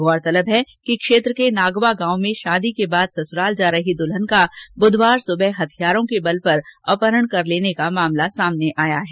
गौरतलब है कि क्षेत्र के नागवा गांव में शादी के बाद ससुराल जा रही दुल्हन का बुधवार सुबह हथियारों के बल अपहरण कर लेने का मामला सामने आया है